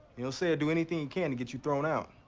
he'll say or do anything he can to get you thrown out.